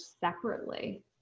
separately